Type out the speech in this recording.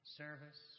service